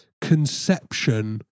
conception